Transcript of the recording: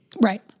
Right